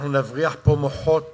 אנחנו נבריח פה מוחות